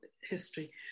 history